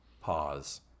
Pause